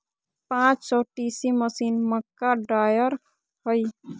पांच सौ टी.डी मशीन, मक्का ड्रायर हइ